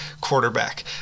quarterback